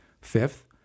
Fifth